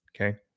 Okay